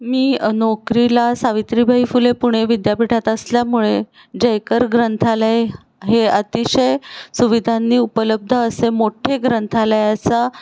मी नोकरीला सावित्रीबाई फुले पुणे विद्यापीठात असल्यामुळे जयकर ग्रंथालय हे अतिशय सुविधांनी उपलब्ध असे मोठे ग्रंथालयाचा